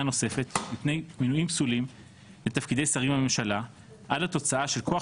נוספת מפני מינויים פסולים לתפקידי שרים בממשלה עד התוצאה של כוח